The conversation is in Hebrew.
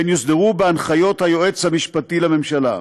והן יוסדרו בהנחיות היועץ המשפטי לממשלה.